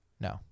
No